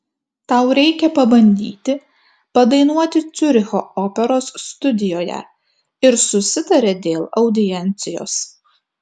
tau reikia pabandyti padainuoti ciuricho operos studijoje ir susitarė dėl audiencijos